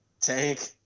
Tank